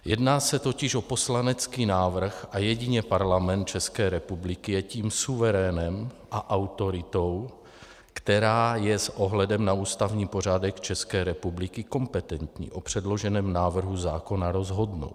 Jedná se totiž o poslanecký návrh a jedině Parlament České republiky je tím suverénem a autoritou, která je s ohledem na ústavní pořádek České republiky kompetentní o předloženém návrhu zákona rozhodnout.